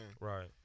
Right